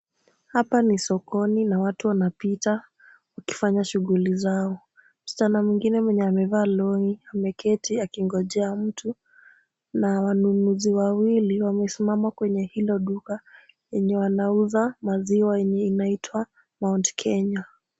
Hapa ni sokoni na watu wanapita, wakifanya shughuli zao. Msichana mwingine mwenye amevaa long'i ameketi akingojea mtu na wanunuzi wawili wamesimama kwenye hilo duka yenye wanauza maziwa yenye inaitwa Mount Kenya.